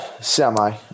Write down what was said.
Semi